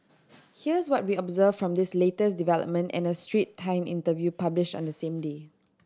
here's what we observed from this latest development and a Strait Time interview published on the same day